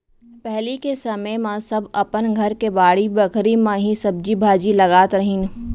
पहिली के समे म सब अपन घर के बाड़ी बखरी म ही सब्जी भाजी लगात रहिन